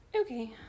Okay